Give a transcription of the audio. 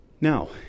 Now